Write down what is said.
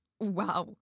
wow